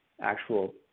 actual